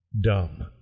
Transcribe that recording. Dumb